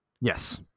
Yes